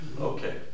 Okay